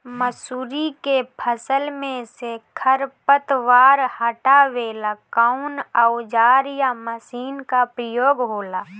मसुरी के फसल मे से खरपतवार हटावेला कवन औजार या मशीन का प्रयोंग होला?